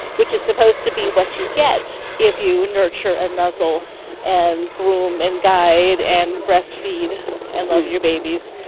which is supposed to be what you get if you nurture and nuzzle and groom and guide and breastfeed and love your babies.